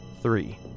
Three